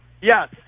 Yes